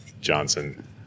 Johnson